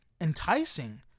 enticing